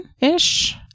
ish